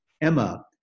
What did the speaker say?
Emma